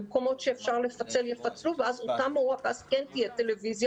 במקומות אפשר לפצל יפצלו ואז כן תהיה טלוויזיה